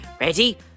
Ready